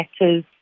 letters